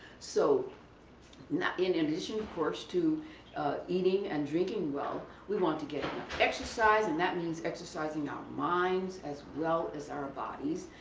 so in addition, of course, to eating and drinking well, we want to get exercise and that means exercising our minds as well as our bodies.